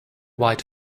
white